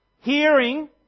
hearing